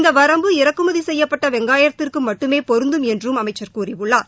இந்தவரம்பு இறக்குமதிசெய்யப்பட்டவெங்காயத்திற்குமட்டுமேபொருந்தும் என்றுஅமைச்சர் கூறியுள்ளார்